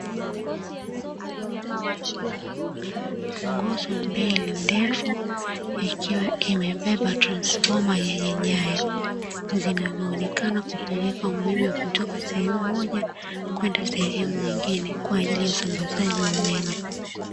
Nguzo mbili ndefu ikiwa imebeba transfoma yenye nyaya, zinazoonekana kupitisha umeme kutoka sehemu moja kwenda sehemu nyingine, kwa ajili ya usambazaji wa umeme.